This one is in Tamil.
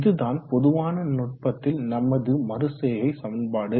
இதுதான் பொதுவான நுட்பத்தில் நமது மறுசெய்கை சமன்பாடு